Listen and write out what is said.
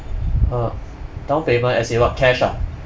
uh downpayment as in what cash ah